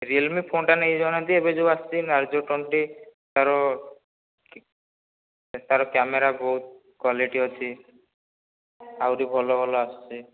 real ମି phone ଟା ନେଇଯାଉନାହାନ୍ତି ଏବେ ଯେଉଁ ଆସୁଛି ନାର୍ଜୋ ଟୋଣ୍ଟି ତାର ତାର କ୍ୟାମେରା ବହୁତ କ୍ଵାଲିଟି ଅଛି ଆହୁରି ଭଲ ଭଲ ଆସୁଛି